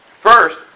first